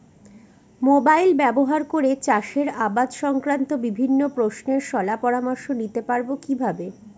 Mobile ব্যাবহার করে চাষের আবাদ সংক্রান্ত বিভিন্ন প্রশ্নের শলা পরামর্শ নিতে পারবো কিভাবে?